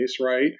right